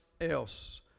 else